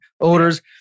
odors